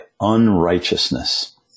unrighteousness